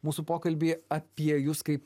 mūsų pokalbį apie jus kaip